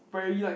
very like